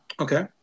Okay